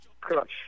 Crush